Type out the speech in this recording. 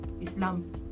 islam